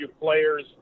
players